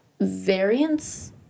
variants